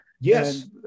Yes